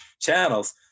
channels